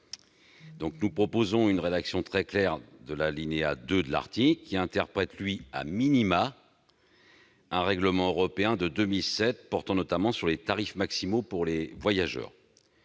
Nous proposons une rédaction très claire de l'alinéa 2 de l'article qui interprète un règlement européen de 2007 portant notamment sur les tarifs maximaux pour les voyageurs.